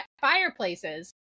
fireplaces